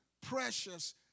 precious